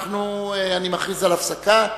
אני מכריז על הפסקה.